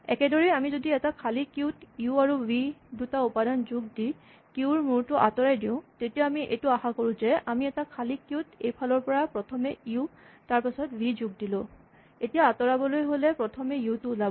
একেদৰেই আমি যদি এটা খালী কিউ ত ইউ আৰু ভি দুটা উপাদান যোগ দি কিউ ৰ মূৰটো আতঁৰাই দিওঁ তেতিয়া আমি এইটো আশা কৰোঁ যে আমি এটা খালী কিউ ত এইফালৰ পৰা প্ৰথমে ইউ তাৰপাছত ভি যোগ দিলোঁ এতিয়া আতঁৰাবলৈ হ'লে প্ৰথমে ইউ টো ওলাব